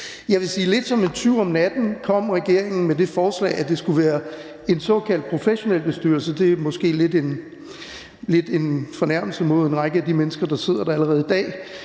lidt som en tyv i natten kom med det forslag, at det skulle være en såkaldt professionel bestyrelse. Det er måske lidt en fornærmelse mod en række af de mennesker, der sidder der allerede i dag.